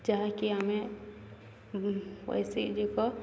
ଯାହାକି ଆମେ